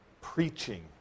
preaching